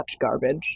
garbage